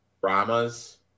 Brahmas